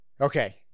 Okay